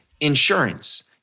insurance